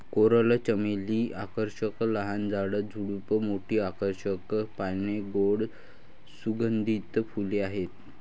coral चमेली आकर्षक लहान झाड, झुडूप, मोठी आकर्षक पाने, गोड सुगंधित फुले आहेत